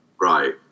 Right